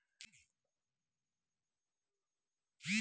Debit आणि credit ह्याच्यात काय अंतर असा?